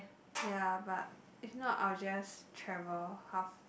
ya but if not I will just travel half